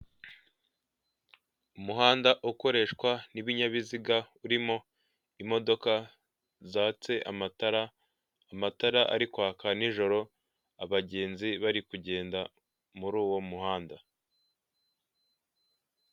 Umuhanda ukoreshwa n'ibinyabiziga urimo imodoka zatse amatara, amatara ari kwaka nijoro abagenzi bari kugenda muri uwo muhanda.